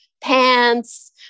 pants